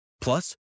Plus